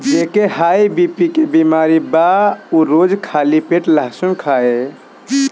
जेके high BP के बेमारी बा उ रोज खाली पेटे लहसुन खाए